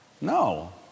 No